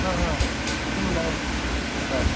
हा हा किं नाम हा